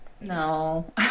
No